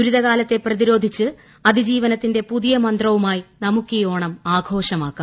ദുരിതകാലത്തെ പ്രതിരോധിച്ച് അതിജീവനത്തിന്റെ പുതിയ മന്ത്രവുമായി നമുക്കീ ഓണം ആഘോഷമാക്കാം